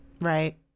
right